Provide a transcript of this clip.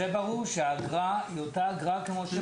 זה ברור שהאגרה היא אותה אגרה כמו של